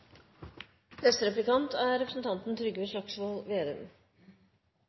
Neste replikant er representanten